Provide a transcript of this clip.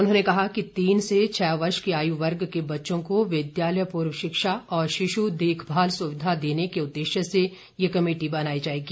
उन्होंने कहा कि तीन से छह वर्ष की आयु वर्ग के बच्चों को विद्यालय पूर्व शिक्षा और शिशु देखभाल सुविधा देने के उद्देश्य से ये कमेटी बनाई जाएगी